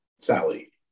Sally